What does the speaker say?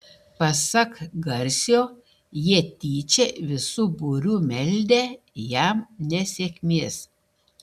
pasak garsio jie tyčia visu būriu meldę jam nesėkmės